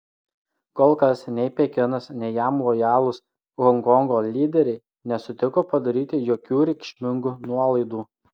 kol kas nei pekinas nei jam lojalūs honkongo lyderiai nesutiko padaryti jokių reikšmingų nuolaidų